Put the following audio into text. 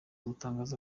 gutangaza